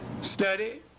study